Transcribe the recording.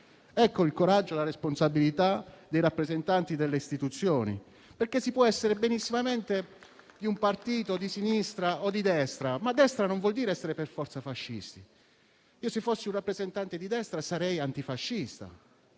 Ecco il coraggio e la responsabilità dei rappresentanti delle istituzioni. Si può essere di un partito di sinistra o di destra, ma destra non vuol dire essere per forza fascisti. Se fossi un rappresentante di destra, sarei antifascista,